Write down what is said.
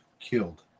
killed